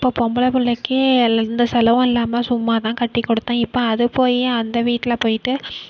இப்போ பொம்பள பிள்ளைக்கி எல் எந்த செலவும் இல்லாமல் சும்மாதான் கட்டிக் கொடுத்தேன் இப்போ அது போய் அந்த வீட்டில் போய்ட்டு